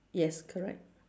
yes correct